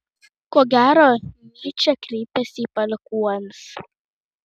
ko gero nyčė kreipiasi į palikuonis